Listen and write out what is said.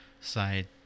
side